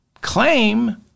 claim